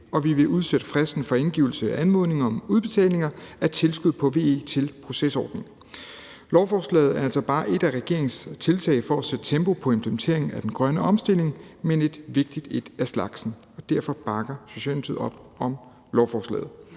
og vi vil udsætte fristen for indgivelse af anmodninger om udbetalinger af tilskud under VE til proces-ordningen. Lovforslaget er altså bare ét af regeringens tiltag for at sætte tempo på implementeringen af den grønne omstilling, men et vigtigt et af slagsen. Derfor bakker Socialdemokratiet op om lovforslaget.